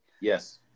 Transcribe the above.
Yes